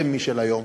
רמ"י של היום,